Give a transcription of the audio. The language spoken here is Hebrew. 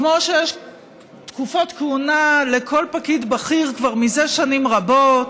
כמו שיש תקופות כהונה לכל פקיד בכיר כבר מזה שנים רבות.